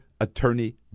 attorney